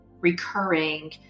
recurring